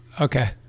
Okay